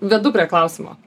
vedu prie klausimo